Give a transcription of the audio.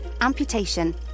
amputation